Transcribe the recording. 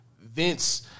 Vince